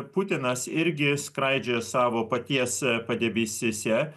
putinas irgi skraidžioja savo paties padebesyse